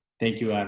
thank you,